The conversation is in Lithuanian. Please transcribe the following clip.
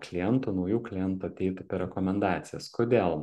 klientų naujų klientų ateitų per rekomendacijas kodėl